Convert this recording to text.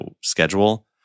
schedule